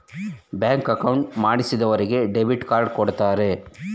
bank account ಮಾಡಿಸಿದರಿಗೆ debit card ಕೊಡ್ತಾರೆ